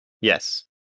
Yes